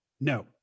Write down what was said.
No